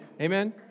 Amen